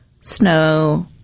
snow